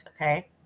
Okay